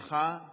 המחאה נגמרה.